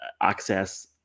access